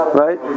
right